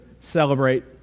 celebrate